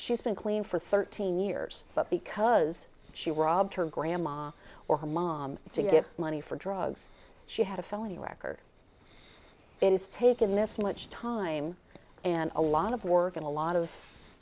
she's been clean for thirteen years but because she robbed her grandma or her mom to get money for drugs she had a felony record it has taken this much time and a lot of work and a lot of